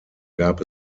gab